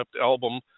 album